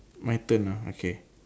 my turn ah okay